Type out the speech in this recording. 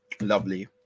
Lovely